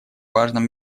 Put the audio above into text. важном